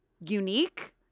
unique